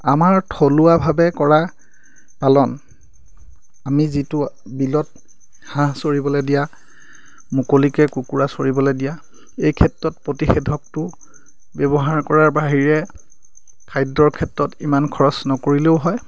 আমাৰ থলুৱাভাৱে কৰা পালন আমি যিটো বিলত হাঁহ চৰিবলৈৈ দিয়া মুকলিকৈ কুকুৰা চৰিবলৈ দিয়া এই ক্ষেত্ৰত প্ৰতিষেধকটো ব্যৱহাৰ কৰাৰ বাহিৰে খাদ্যৰ ক্ষেত্ৰত ইমান খৰচ নকৰিলেও হয়